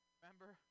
Remember